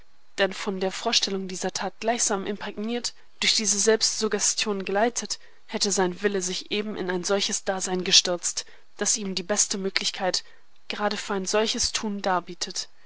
denn von der vorstellung dieser tat gleichsam imprägniert durch diese selbstsuggestion geleitet hätte sein wille sich eben in ein solches dasein gestürzt das ihm die beste möglichkeit gerade für ein solches tun darbietet